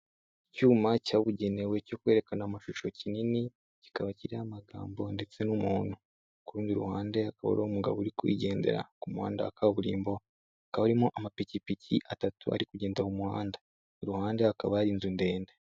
Icyuma cyabugenewe cyo kwerekana amashusho kinini kikaba kiriho amagambo ndetse n'umuntu, ku rundi ruhande akaba umugabo uri kugendera ku muhanda wa kaburimbo hakaba harimo amapikipiki atatu ari kugenda mu muhanda iruhande hakaba hari inzu ndende.